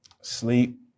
Sleep